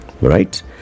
Right